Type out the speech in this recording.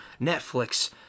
Netflix